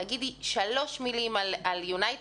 תגידי שלוש מילים על יונייטד,